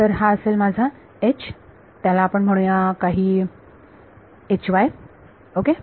तर हा असेल माझा त्याला आपण म्हणूया काही ओके